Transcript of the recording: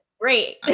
great